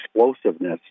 explosiveness